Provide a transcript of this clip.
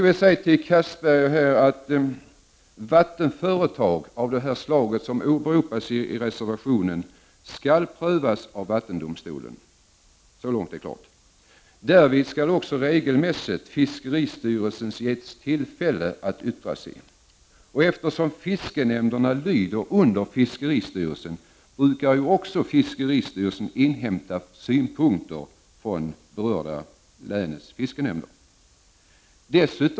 Vattenföretag av det slag som åberopas i reservationerna skall prövas av vattendomstolen. Så långt är det klart. Därvid skall regelmässigt fiskeristyrelsen ges tillfälle att yttra sig. Eftersom fiskenämnderna lyder under fiskeristyrelsen, brukar också fiskeristyrelsen inhämta synpunkter från det berörda länets fiskenämnd.